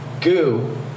goo